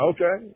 Okay